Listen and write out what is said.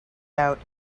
out